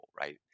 right